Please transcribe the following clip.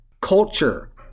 culture